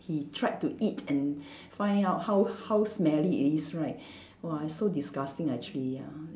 he tried to eat and find out how how smelly it is right !wah! it's so disgusting actually ya